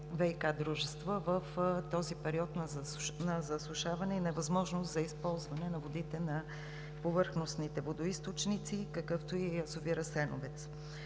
ВиК дружества в този период на засушаване и невъзможност за използване на водите на повърхностните водоизточници, какъвто е и язовир „Асеновец“.